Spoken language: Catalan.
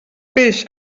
peix